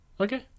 Okay